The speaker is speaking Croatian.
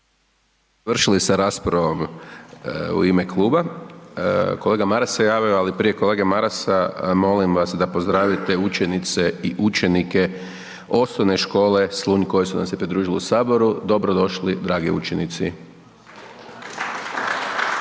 Završili ste s raspravom u ime Kluba. Kolega Maras se javio, ali prije kolege Marasa molim vas da pozdravite učenice i učenike Osnovne škole Slunj koji su nam se pridružili u Saboru, dobrodošli dragi učenici.